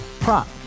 Prop